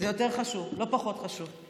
זה יותר חשוב, לא פחות חשוב.